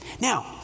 Now